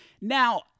Now